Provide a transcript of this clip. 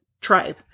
tribe